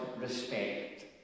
respect